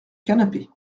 canapé